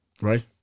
Right